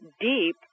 deep